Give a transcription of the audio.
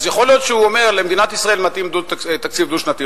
אז יכול להיות שהוא אומר שלמדינת ישראל מתאים תקציב דו-שנתי.